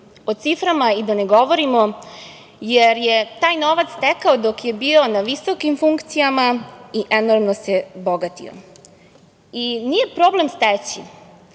o ciframa i da ne govorimo, jer je taj novac stekao dok je bio na visokim funkcijama i enormno se bogatio. Nije problem steći,